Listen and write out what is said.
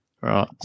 Right